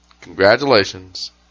congratulations